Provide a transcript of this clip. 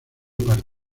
parto